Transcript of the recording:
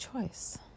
choice